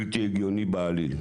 בלתי הגיוני בעליל,